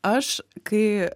aš kai